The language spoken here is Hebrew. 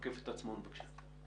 רקפת עצמון, ממשרד העבודה.